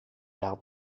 out